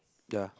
ya